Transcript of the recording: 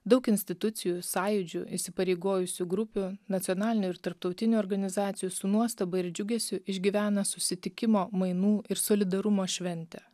daug institucijų sąjūdžių įsipareigojusių grupių nacionalinių ir tarptautinių organizacijų su nuostaba ir džiugesiu išgyvena susitikimo mainų ir solidarumo šventę